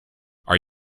are